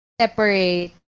separate